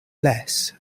less